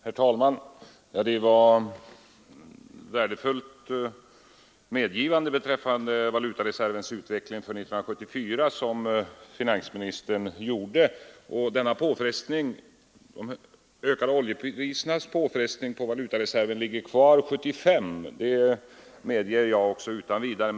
Herr talman! Det var ett värdefullt medgivande beträffande valutareservens utveckling för 1974 som finansministern gjorde. Att den ökade påfrestning på valutareserven som oljekrisen medför kommer att ligga kvar 1975 medger jag också utan vidare.